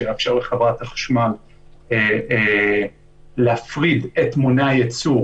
שיאפשר לחברת החשמל להפריד את מונה הייצור